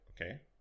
okay